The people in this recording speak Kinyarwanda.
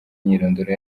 imyirondoro